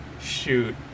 shoot